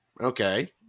Okay